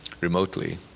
remotely